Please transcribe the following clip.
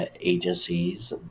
agencies